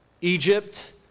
Egypt